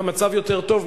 המצב יותר טוב,